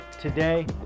today